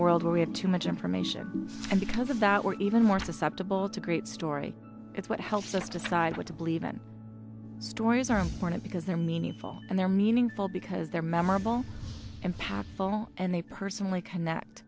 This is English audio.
world where we have too much information and because of that we're even more susceptible to great story it's what six decide what to believe in stories are important because they're meaningful and they're meaningful because they're memorable and powerful and they personally connect